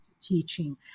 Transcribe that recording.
teaching